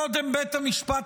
קודם בית המשפט,